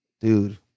dude